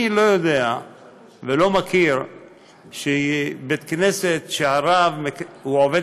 אני לא יודע ולא מכיר בית-כנסת שהרב הוא עובד